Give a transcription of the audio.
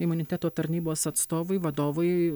imuniteto tarnybos atstovui vadovui